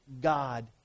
God